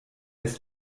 ist